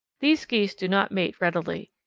these geese do not mate readily,